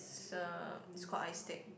it's a it's called i-Steak